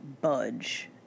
budge